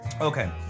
Okay